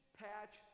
patch